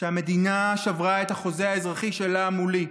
שהמדינה שברה את החוזה האזרחי שלה מולי.